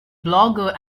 blogger